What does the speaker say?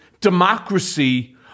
democracy